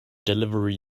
delivery